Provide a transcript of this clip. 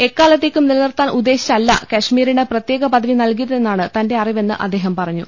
എക്കാലത്തേക്കും നിലനിർത്താൻ ഉദ്ദേശിച്ചല്ല കശ്മീ രിന് പ്രത്യേക പദവി നൽകിയതെന്നാണ് തന്റെ അറിവെന്ന് അദ്ദേഹം പറഞ്ഞു